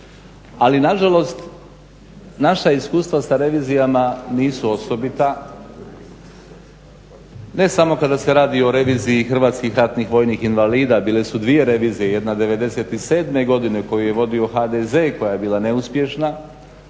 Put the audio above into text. Ali na žalost naša iskustva sa revizijama nisu osobita ne samo kada se radi o reviziji hrvatskih ratnih vojnih invalida. Bile su dvije revizije – jedna '97. koju je vodio HDZ i koja je bila neuspješna.